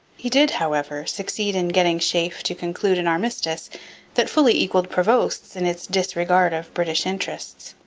he did, however, succeed in getting sheaffe to conclude an armistice that fully equalled prevost's in its disregard of british interests.